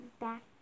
back